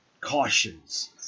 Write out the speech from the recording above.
cautions